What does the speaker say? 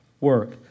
work